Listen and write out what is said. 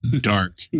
Dark